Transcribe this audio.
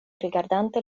rigardante